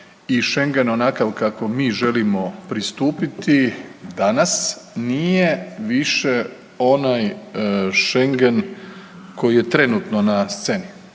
i Šengen onakav kakvom mi želimo pristupiti danas nije više onaj Šengen koji je trenutno na sceni.